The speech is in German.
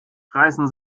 reißen